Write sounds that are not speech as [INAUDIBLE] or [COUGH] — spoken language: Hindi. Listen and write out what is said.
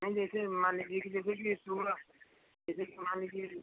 नही जैसे मान लीजिए कि जैसे कि [UNINTELLIGIBLE] जैसे कि मान लीजिए